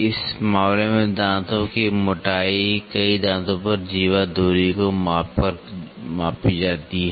इस मामले में दांतों की मोटाई कई दांतों पर जीवा दूरी को मापकर मापी जाती है